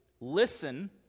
listen